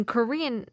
Korean